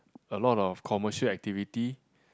a lot of commercial activity